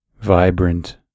vibrant